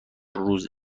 روز